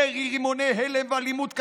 ירי רימוני הלם ואלימות קשה.